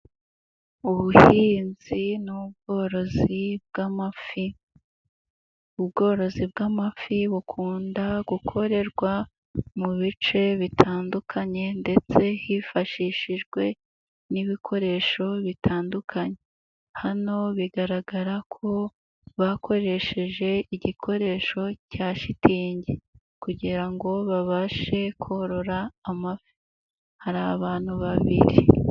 Ubuhinzi n'u ubworozi bw'amafi. Ubworozi bw'amafi, bukunda gukorerwa mu bice bitandukanye, ndetse hifashishijwe n'ibikoresho bitandukanye. Hano bigaragara ko bakoresheje igikoresho cya shitingi, kugira ngo babashe korora amafi. Hari abantu babiri.